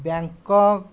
Bangkok